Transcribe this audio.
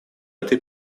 этой